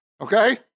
Okay